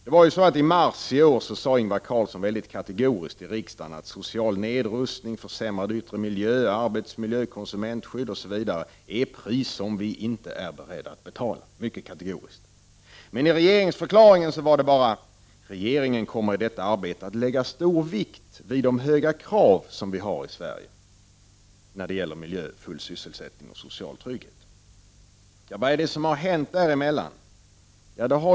I mars i år sade Ingvar Carlsson mycket kategoriskt i riksdagen att social nedrustning, försämrad yttre miljö, arbetsmiljö, konsumentskydd osv. är pris som vi inte är beredda att betala. Men i regeringsförklaringen hävdade man att regeringen kommer i detta arbete att lägga stor vikt vid de höga krav som vi har i Sverige när det gäller miljö, full sysselsättning och social trygghet. Vad är det som har hänt däremellan?